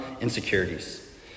insecurities